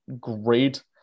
great